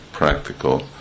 practical